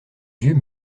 vieux